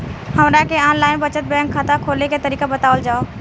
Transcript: हमरा के online बचत बैंक खाता खोले के तरीका बतावल जाव?